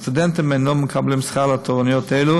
הסטודנטים אינם מקבלים שכר על תורנויות אלה